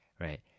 right